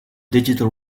digital